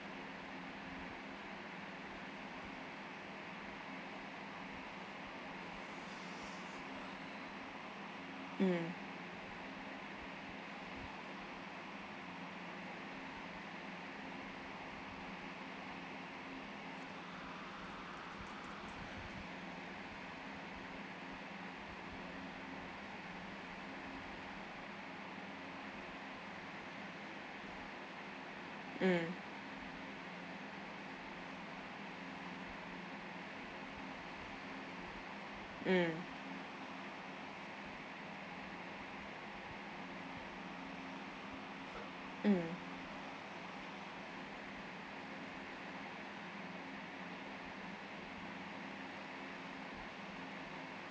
mm mm mm mm